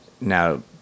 Now